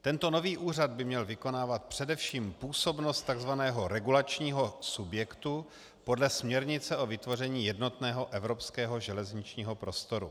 Tento nový úřad by měl vykonávat především působnost tzv. regulačního subjektu podle směrnice o vytvoření jednotného evropského železničního prostoru.